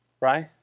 right